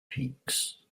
peaks